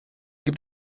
gibt